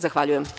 Zahvaljujem.